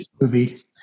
movie